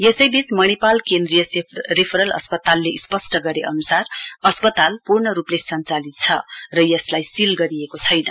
यसै वीच मणिपाल केन्द्रीय रेफरल अस्पतालले स्पस्ट गरे अनुसार अस्पताल पूर्ण रुपले सञ्चालित छ र यसलाई सील गरिएको छैन्